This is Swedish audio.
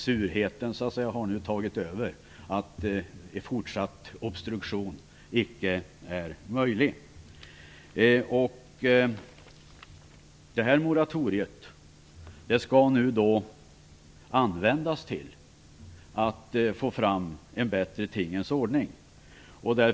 Surheten har nu så att säga tagit över när fortsatt obstruktion inte är möjlig. Detta moratorium skall användas till att få fram en bättre tingens ordning.